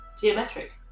geometric